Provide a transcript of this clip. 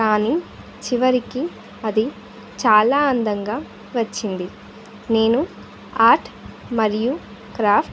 కానీ చివరికి అది చాలా అందంగా వచ్చింది నేను ఆర్ట్ మరియు క్రాఫ్ట్